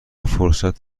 فرصت